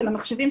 של המחשבים,